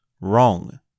Wrong